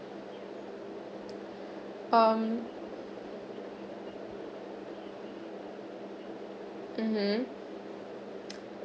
um mmhmm